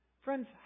Friends